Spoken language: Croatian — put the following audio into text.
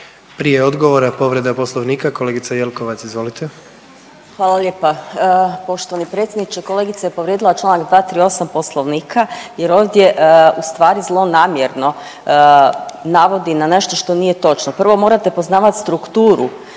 Prije odgovora povreda Poslovnika, kolegica Jelkovac izvolite. **Jelkovac, Marija (HDZ)** Hvala lijepa. Poštovani predsjedniče kolegica je povrijedila Članak 238. Poslovnika jer ovdje ustvari zlonamjerno navodi na nešto što nije točno. Prvo morate poznavati strukturu